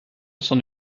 son